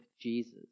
Jesus